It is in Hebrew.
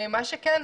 מה שכן,